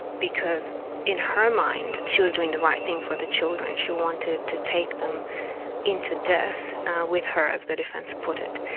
because in her mind she was doing the right thing for the children. she wanted to take them into death with her, as the defence put it.